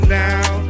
now